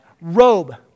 robe